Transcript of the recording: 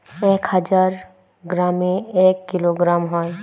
এক হাজার গ্রামে এক কিলোগ্রাম হয়